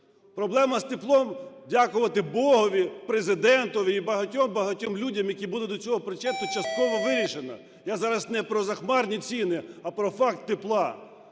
Проблема з теплом, дякувати Богові, Президентові і багатьом-багатьом людям, які були до цього причетні, частково вирішена. Я зараз не про захмарні ціни, а про факт тепла.